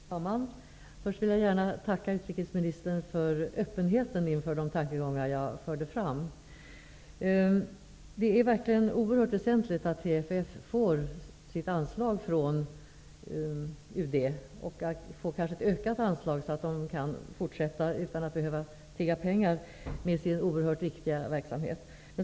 Herr talman! Först vill jag gärna tacka utrikesministern för hennes öppenhet inför de tankegångar som jag fört fram. Det är verkligen oerhört väsentligt att TFF får sitt anslag från UD, och också att det anslaget utökas så att man utan att behöva tigga pengar kan fortsätta med sin oerhört viktiga verksamhet.